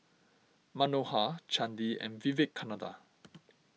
Manohar Chandi and Vivekananda